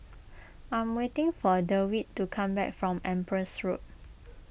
I am waiting for Dewitt to come back from Empress Road